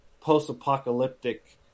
post-apocalyptic